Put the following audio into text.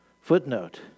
footnote